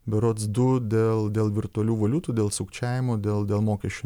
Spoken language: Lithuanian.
berods du dėl dėl virtualių valiutų dėl sukčiavimo dėl dėl mokesčių